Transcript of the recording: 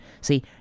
See